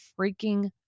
freaking